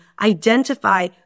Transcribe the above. identify